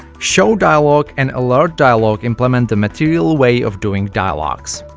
showdialog and alertdialog implement a material way of doing dialogs.